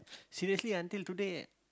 seriously until today